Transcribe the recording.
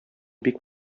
бик